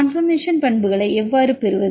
conformation பண்புகளை எவ்வாறு பெறுவது